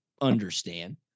understand